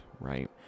right